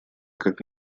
как